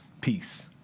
peace